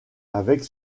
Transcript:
avec